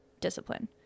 discipline